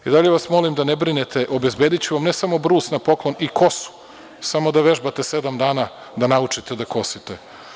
Dalje vas molim da ne brinete obezbediću vam ne samo brus na poklon i kosu, samo da vežbate sedam dana da naučite da kosite.